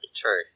true